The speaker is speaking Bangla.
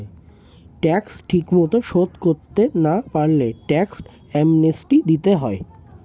ট্যাক্স ঠিকমতো শোধ করতে না পারলে ট্যাক্স অ্যামনেস্টি দিতে হয়